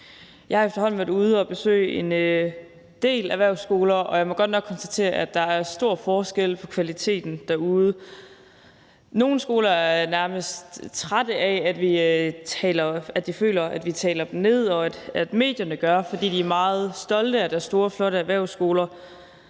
Jeg har efterhånden været ude at besøge en del erhvervsskoler, og jeg må godt nok konstatere, at der er stor forskel på kvaliteten derude. Nogle skoler er nærmest trætte af, at de føler, at vi taler dem ned, og at medierne gør det, for de er meget stolte af deres store, flotte erhvervsskoler,